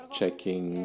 checking